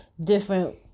different